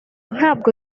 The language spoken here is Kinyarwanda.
ntabwo